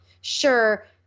Sure